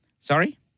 Sorry